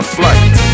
flight